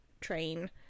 train